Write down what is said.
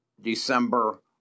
December